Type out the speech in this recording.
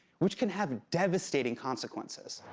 which can have devastating consequences.